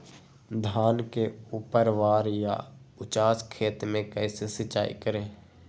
धान के ऊपरवार या उचास खेत मे कैसे सिंचाई करें?